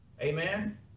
Amen